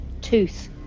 Tooth